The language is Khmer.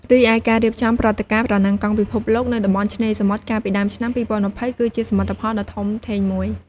រីឯ ការរៀបចំព្រឹត្តិការណ៍ «ប្រណាំងកង់ពិភពលោកនៅតំបន់ឆ្នេរសមុទ្រ» កាលពីដើមឆ្នាំ ២០២០ គឺជាសមិទ្ធផលដ៏ធំធេងមួយ។